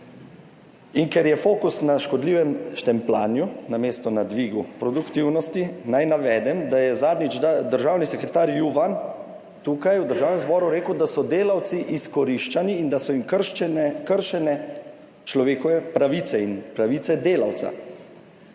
In ker je fokus na škodljivem štempljanju, namesto na dvigu produktivnosti, naj navedem, da je zadnjič državni sekretar Juvan tukaj v Državnem zboru rekel, da so delavci izkoriščani in da so jim kršene človekove pravice in pravice delavcev.